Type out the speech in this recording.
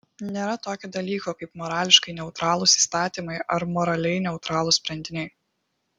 nėra tokio dalyko kaip morališkai neutralūs įstatymai ar moraliai neutralūs sprendiniai